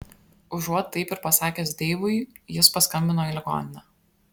užuot taip ir pasakęs deivui jis paskambino į ligoninę